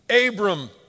Abram